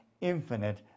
infinite